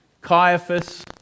Caiaphas